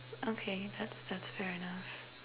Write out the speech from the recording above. okay that's that's fair enough